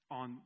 on